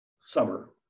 summer